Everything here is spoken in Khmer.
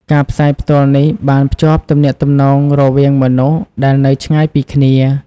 ការផ្សាយផ្ទាល់នេះបានភ្ជាប់ទំនាក់ទំនងរវាងមនុស្សដែលនៅឆ្ងាយពីគ្នា។